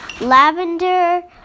Lavender